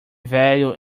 value